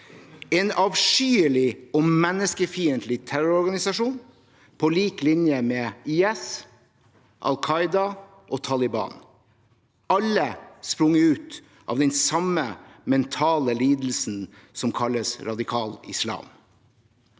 en avskyelig og menneskefiendtlig terrororganisasjon på lik linje med IS, Al Qaida og Taliban, alle sprunget ut av den samme mentale lidelsen som kalles radikal islam.